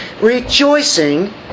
Rejoicing